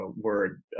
word